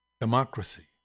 democracy